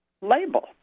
label